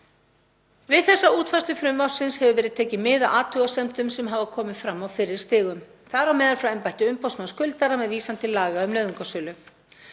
Við þessa útfærslu frumvarpsins hefur verið tekið mið af athugasemdum sem hafa komið fram á fyrri stigum, þar á meðal frá embætti umboðsmanns skuldara með vísan til laga um nauðungarsölu.